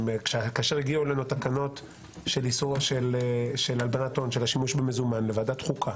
כאשר הגיעו אלינו התקנות של השימוש במזומן לוועדת חוקה,